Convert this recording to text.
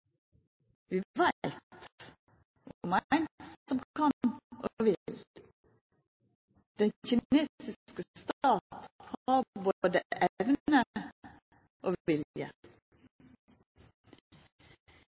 Vi veit om ein som kan og vil, den kinesiske stat har både evne